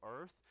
earth